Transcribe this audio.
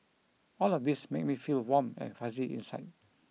all of these make me feel warm and fuzzy inside